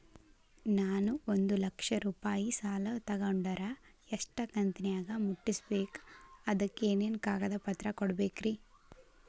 ನಾನು ಒಂದು ಲಕ್ಷ ರೂಪಾಯಿ ಸಾಲಾ ತೊಗಂಡರ ಎಷ್ಟ ಕಂತಿನ್ಯಾಗ ಮುಟ್ಟಸ್ಬೇಕ್, ಅದಕ್ ಏನೇನ್ ಕಾಗದ ಪತ್ರ ಕೊಡಬೇಕ್ರಿ?